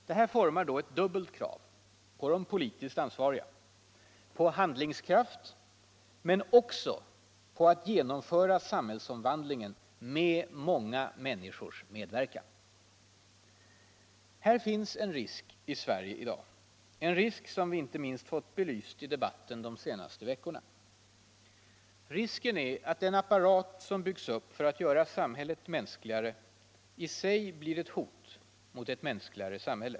Det här formar ett dubbelt krav på de politiskt ansvariga: på handlingskraft men också på att genomföra samhällsomvandlingen med många människors medverkan. Här finns en risk i Sverige i dag, en risk som vi inte minst fått belyst i debatten de senaste veckorna. Risken är att den apparat som byggs upp för att göra samhället mänskligare i sig blir ett hot mot ett mänskligare samhälle.